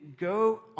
go